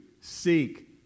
seek